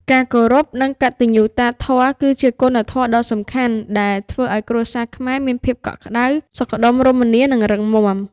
ការគោរព និងកតញ្ញុតាធម៌គឺជាគុណធម៌ដ៏សំខាន់ដែលធ្វើឲ្យគ្រួសារខ្មែរមានភាពកក់ក្តៅ សុខដុមរមនា និងរឹងមាំ។